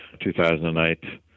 2008